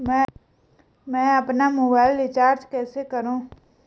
मैं अपना mobile recharge कैसे करूँ?